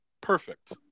perfect